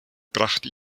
brachte